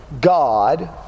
God